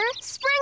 Spring